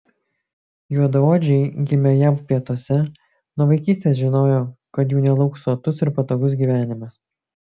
juodaodžiai gimę jav pietuose nuo vaikystės žinojo kad jų nelauks sotus ir patogus gyvenimas